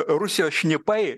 rusijos šnipai